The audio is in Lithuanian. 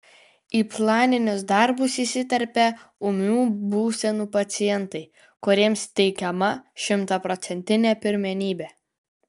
į planinius darbus įsiterpia ūmių būsenų pacientai kuriems teikiama šimtaprocentinė pirmenybė